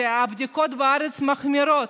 הבדיקות בארץ מחמירות,